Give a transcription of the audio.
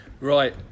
Right